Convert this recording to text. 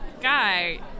guy